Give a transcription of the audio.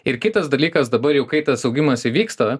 ir kitas dalykas dabar jau kai tas augimas įvyksta